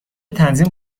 تنظیم